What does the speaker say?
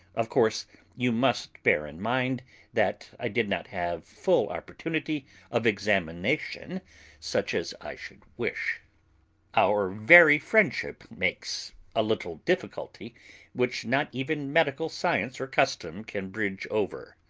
of course you must bear in mind that i did not have full opportunity of examination such as i should wish our very friendship makes a little difficulty which not even medical science or custom can bridge over.